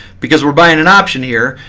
because we're buying an option here,